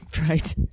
Right